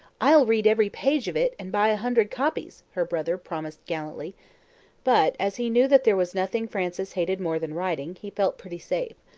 i'll read every page of it and buy a hundred copies, her brother promised gallantly but, as he knew that there was nothing frances hated more than writing, he felt pretty safe.